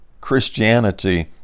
Christianity